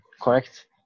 Correct